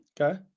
Okay